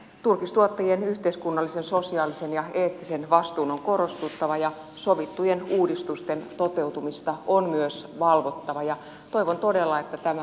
turkistuottajien yhteiskunnallisen sosiaalisen ja eettisen vastuun on korostuttava ja sovittujen uudistusten toteutumista on myös valvottava ja toivon todella että tämä